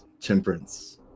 temperance